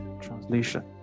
Translation